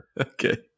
Okay